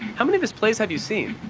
how many of his plays have you seen?